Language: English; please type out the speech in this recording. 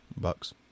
bucks